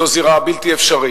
זאת זירה בלתי אפשרית.